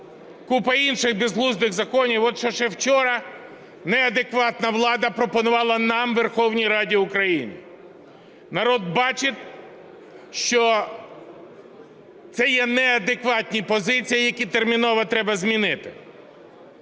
купа інших безглуздих законів. От що ще вчора неадекватна влада пропонувала нам – Верховній Раді України. Народ бачить, що це є неадекватні позиції, які терміново треба змінити.